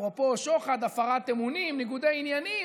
אפרופו שוחד, הפרת אמונים, ניגודי עניינים,